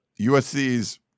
USC's